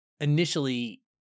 initially